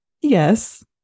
yes